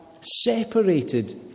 separated